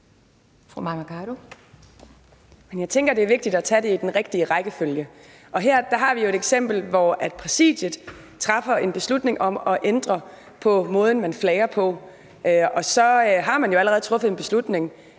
jeg tænker, at det er vigtigt at tage det i den rigtige rækkefølge. Og her har vi et eksempel, hvor Præsidiet træffer en beslutning om at ændre på måden, man flager på, og så har man jo allerede truffet en beslutning